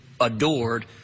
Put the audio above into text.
adored